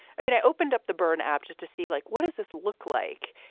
i mean, i opened up the bern app just to see, like, what does this look like?